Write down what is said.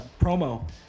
promo